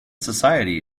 society